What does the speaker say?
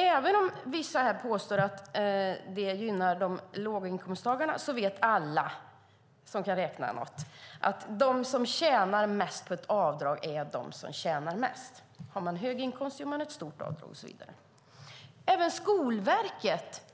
Även om vissa påstår att RUT-avdrag gynnar låginkomsttagarna vet alla som kan räkna att de som tjänar mest på ett avdrag är de som tjänar mest. Har man hög inkomst gör man ett stort avdrag och så vidare. Skolverket